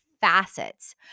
facets